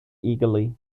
eagerly